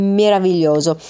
meraviglioso